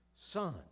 Son